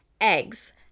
eggs